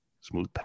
smooth